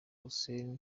hussein